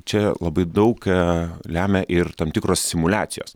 čia labai daug lemia ir tam tikros simuliacijos